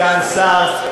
סגן שר,